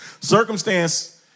circumstance